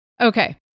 Okay